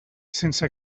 sense